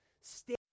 Stay